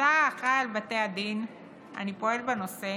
כשר האחראי על בתי הדין אני פועל בנושא